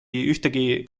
ühtegi